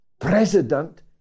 President